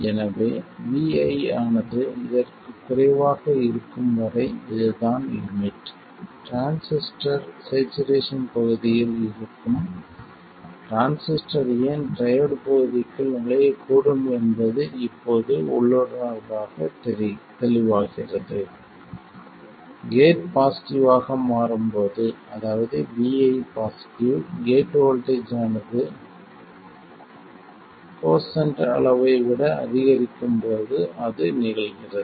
எனவே vi ஆனது இதற்கு குறைவாக இருக்கும் வரை இதுதான் லிமிட் டிரான்சிஸ்டர் ஸ்சேச்சுரேஷன் பகுதியில் இருக்கும் டிரான்சிஸ்டர் ஏன் ட்ரையோட் பகுதிக்குள் நுழையக்கூடும் என்பது இப்போது உள்ளுணர்வாகத் தெளிவாகிறது கேட் பாசிட்டிவ் ஆக மாறும் போது அதாவது Vi positive gate voltage quiescent கோசேன்ட் அளவை விட அதிகரிக்கும் போது அது நிகழ்கிறது